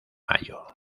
mayo